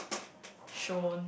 shown